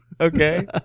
Okay